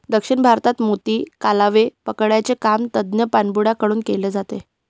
दक्षिण भारतात मोती, कालवे पकडण्याचे काम तज्ञ पाणबुड्या कडून केले जाते